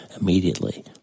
immediately